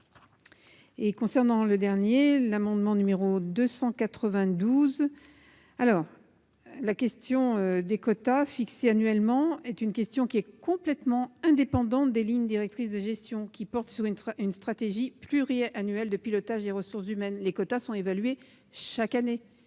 satisfait. Quant à l'amendement n° 292 rectifié , la question des quotas fixés annuellement est complètement indépendante des lignes directrices de gestion, qui portent sur une stratégie pluriannuelle de pilotage des ressources humaines. Les quotas sont évalués chaque année,